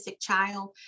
child